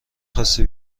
خاستی